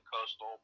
Coastal